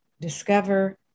discover